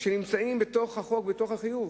שנמצאות בתוך החיוב,